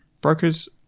brokers